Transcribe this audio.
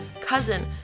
cousin